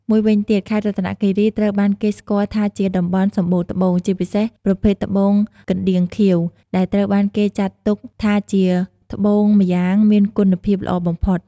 មួយវិញទៀត ខេត្តរតនគិរីត្រូវបានគេស្គាល់ថាជាតំបន់សម្បូរត្បូង ជាពិសេសប្រភេទត្បូងកណ្ដៀងខៀវ ដែលត្រូវបានគេចាត់ទុកថាជាត្បូងម្យ៉ាងមានគុណភាពល្អបំផុត។